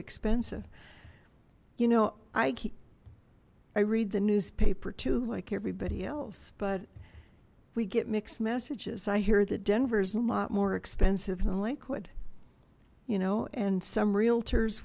expensive you know i keep i read the newspaper to like everybody else but we get mixed messages i hear that denver is a lot more expensive than liquid you know and some realtors